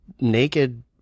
naked